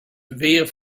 weer